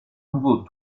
nouveau